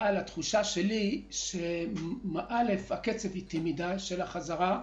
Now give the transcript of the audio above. אבל התחושה שלי היא שהקצב של החזרה איטי מדי.